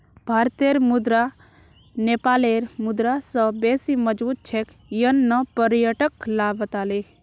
भारतेर मुद्रा नेपालेर मुद्रा स बेसी मजबूत छेक यन न पर्यटक ला बताले